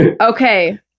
okay